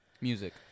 Music